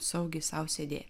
saugiai sau sėdėti